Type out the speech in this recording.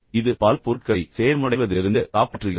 இது பல பொருட்களை சேதமடைவதிலிருந்து காப்பாற்றுகிறது